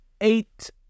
eight